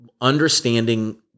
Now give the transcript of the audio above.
understanding